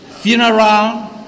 funeral